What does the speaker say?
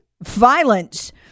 violence